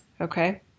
Okay